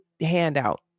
handout